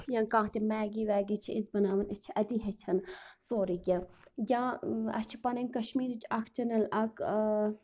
یا کانٛہہ تہِ میگی ویگی چھِ أسۍ بناوان أسۍ چھِ اَتی ہیٚچھان سورُے کیٚنٛہہ یا اَسہِ چھِ پَنٕنۍ کشمیٖرچ اکھ چینَل اَکھ